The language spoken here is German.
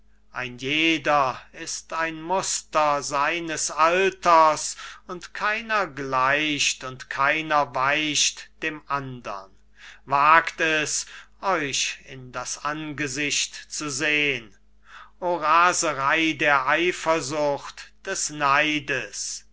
ein jeder ist ein muster seines alters und keiner gleicht und keiner weicht dem andern wagt es euch in das angesicht zu sehn o raserei der eifersucht des neides